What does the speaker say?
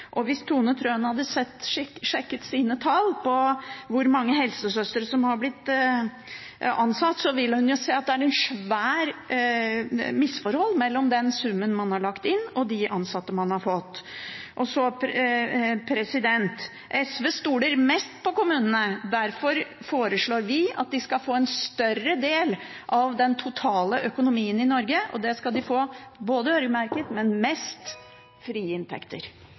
og det er det også på dette området. Hvis Tone Wilhelmsen Trøen hadde sjekket sine tall på hvor mange helsesøstre som har blitt ansatt, ville hun ha sett at det er et svært misforhold mellom den summen man har lagt inn, og antall ansatte man har fått. SV stoler mest på kommunene. Derfor foreslår vi at de skal få en større del av den totale økonomien i Norge, og det skal de få øremerket, men mest i frie inntekter.